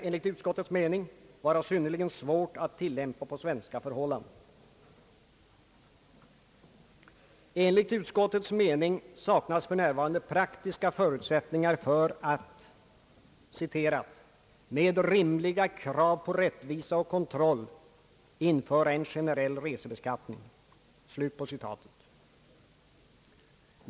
— enligt utskottets mening vara synnerligen svårt att tilllämpa på svenska förhållanden. Utskottet anser att det för närvarande saknas praktiska förutsättningar för att »med rimliga krav på rättvisa och kontroll införa en generell resebeskattning».